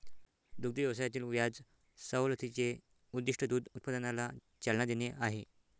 दुग्ध व्यवसायातील व्याज सवलतीचे उद्दीष्ट दूध उत्पादनाला चालना देणे आहे